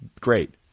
great